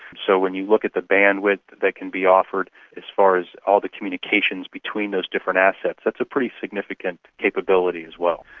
so when you look at the bandwidth that can be offered as far as all the communications between those different assets, that's a pretty significant capability as well.